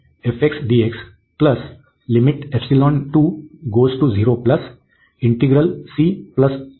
तर आपल्याकडे येथे आहे